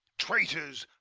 traitors,